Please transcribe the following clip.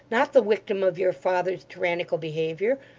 not the wictim of your father's tyrannical behaviour,